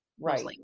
Right